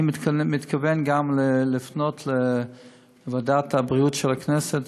אני מתכוון גם לפנות לוועדת הבריאות של הכנסת,